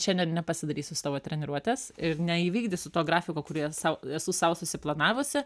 šiandien nepasidarysiu savo treniruotės ir neįvykdysiu to grafiko kurį sau esu sau susiplanavusi